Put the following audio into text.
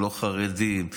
לא חרדים,